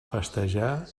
festejar